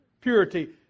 purity